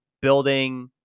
building